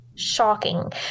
Shocking